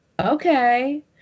okay